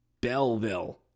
Belleville